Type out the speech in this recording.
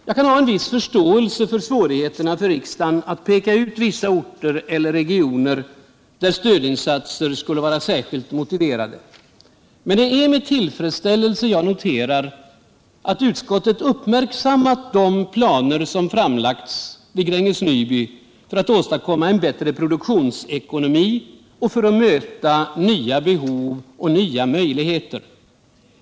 Jag kan ha en viss förståelse för svårigheterna för riksdagen att peka ut vissa orter eller regioner där stödinsatser skulle vara särskilt motiverade. Men det är med tillfredsställelse jag noterar att utskottet uppmärksammat de planer som framlagts vid Gränges Nyby för att åstadkomma en bättre produktionsekonomi och för att möta nya behov och nya möjligheter.